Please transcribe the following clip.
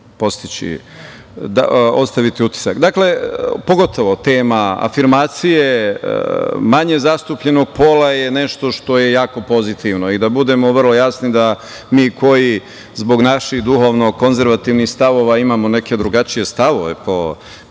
postići, ostaviti utisak. Dakle, pogotovo tema afirmacije manje zastupljenog pola je nešto što je jako pozitivno. Da budemo vrlo jasni, mi koji zbog naših duhovno konzervativnih stavova imamo neke drugačije stavove po